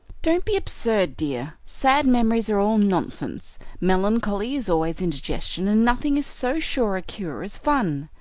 don't be absurd, dear, sad memories are all nonsense melancholy is always indigestion, and nothing is so sure a cure as fun,